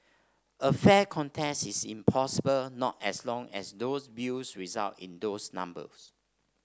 a fair contest is impossible not as long as those views result in those numbers